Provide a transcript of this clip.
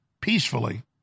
peacefully